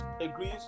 agrees